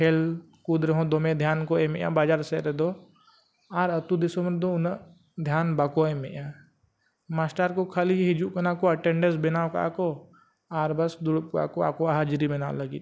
ᱠᱷᱮᱹᱞᱼᱠᱩᱫᱽ ᱨᱮᱦᱚᱸ ᱫᱚᱢᱮ ᱫᱷᱮᱭᱟᱱ ᱠᱚ ᱮᱢᱮᱫᱼᱟ ᱵᱟᱡᱟᱨ ᱥᱮᱫ ᱨᱮᱫᱚ ᱟᱨ ᱟᱹᱛᱩᱼᱫᱤᱥᱚᱢ ᱨᱮᱫᱚ ᱩᱱᱟᱹᱜ ᱫᱷᱮᱭᱟᱱ ᱵᱟᱠᱚ ᱮᱢᱮᱫᱼᱟ ᱠᱚ ᱠᱷᱟᱹᱞᱤ ᱦᱤᱡᱩᱜ ᱠᱟᱱᱟ ᱠᱚ ᱵᱮᱱᱟᱣ ᱠᱟᱜᱼᱟ ᱠᱚ ᱟᱨ ᱵᱟᱥ ᱫᱩᱲᱩᱵ ᱠᱚᱜᱼᱟ ᱠᱚ ᱟᱠᱚᱣᱟᱜ ᱦᱟᱡᱽᱨᱤ ᱵᱮᱱᱟᱣ ᱞᱟᱹᱜᱤᱫ